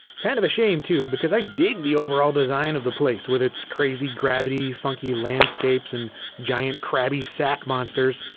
kind of a shame too, because i dig the overall design of the place with its crazy gravity, funky landscapes, and giant crabby sac monsters.